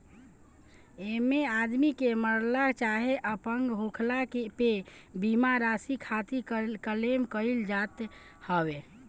एमे आदमी के मरला चाहे अपंग होखला पे बीमा राशि खातिर क्लेम कईल जात हवे